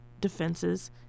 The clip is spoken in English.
defenses